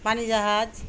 পানি জাহাজ